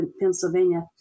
Pennsylvania